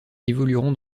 évolueront